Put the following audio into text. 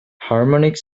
harmonic